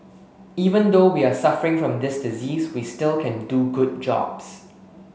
even though we are suffering from this disease we still can do good jobs